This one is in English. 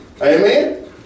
Amen